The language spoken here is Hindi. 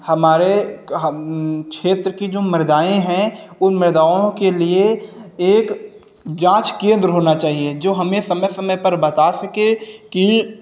हमारे हम क्षेत्र की जो मृदाएँ हैं उन मृदाएँ के लिए एक जांच केंद्र होना चाहिए जो हमें समय समय पर बता सकें